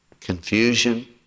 confusion